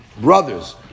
brothers